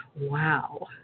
wow